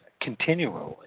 continually